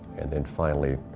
and then finally,